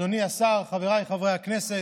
אדוני השר, חבריי חברי הכנסת,